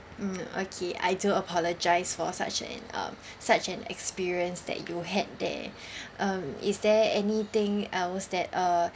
mm okay I do apologise for such an um such an experience that you had there um is there anything else that uh